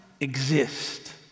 exist